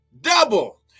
double